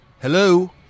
Hello